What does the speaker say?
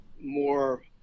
more